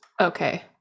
Okay